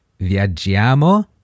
viaggiamo